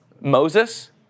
Moses